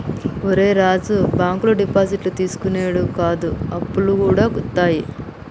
ఒరే రాజూ, బాంకులు డిపాజిట్లు తీసుకునుడే కాదు, అప్పులుగూడ ఇత్తయి